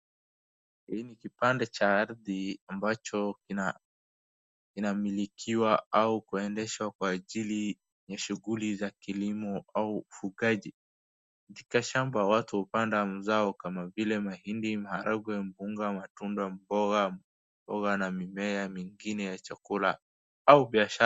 Hii ni kipande cha ardhi, ambacho inamilikiwa au kuendeshwa kwa ajili na shughuli za kilimo au ufugaji. Katika shamba watu hupanda mazao kama vile mahindi , maharagwe, mpunga, matunda, mboga na mimea mingine ya chakula, au biashara.